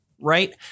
Right